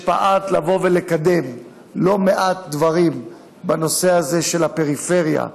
שפעלת לבוא ולקדם לא מעט דברים בנושא הזה של הפריפריה,